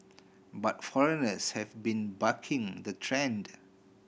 but foreigners have been bucking the trend